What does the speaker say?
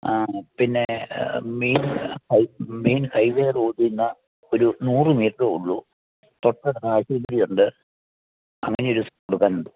ആ പിന്നെ main main high way റോഡീന്ന് ഒരു നൂറ് മീറ്റ്രേ ഉള്ളു തൊട്ടടുത്തായിട്ടൊരു പള്ളിയുണ്ട് അങ്ങനെയൊരു സ്ഥലം കൊടുക്കാനുണ്ട്